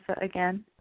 again